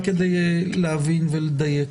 רק כדי להבין ולדייק.